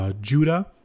Judah